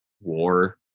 war